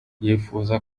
yifuza